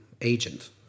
agent